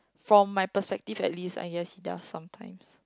from my perspective at least ah yes he does sometimes